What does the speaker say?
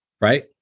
right